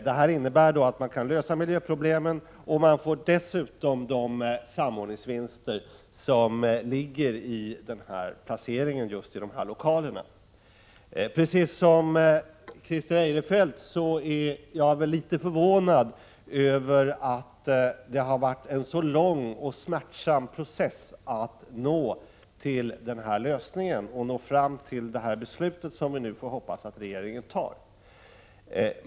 Det innebär att man kan lösa miljöproblemen, och man får dessutom de samordningsvinster som ligger i placeringen i just dessa lokaler. Liksom Christer Eirefelt är jag litet förvånad över att det har varit en så lång och smärtsam process att nå fram till denna lösning och detta beslut, som vi hoppas att regeringen skall ta.